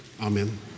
amen